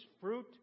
fruit